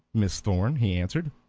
miss thorn, he answered.